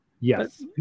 Yes